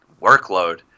workload